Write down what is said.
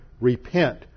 repent